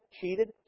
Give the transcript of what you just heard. cheated